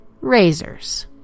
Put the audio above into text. razors